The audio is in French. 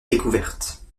découverte